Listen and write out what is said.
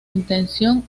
intención